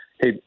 Hey